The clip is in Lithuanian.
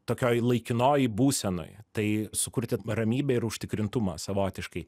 tokioj laikinoj būsenoj tai sukurti ramybę ir užtikrintumą savotiškai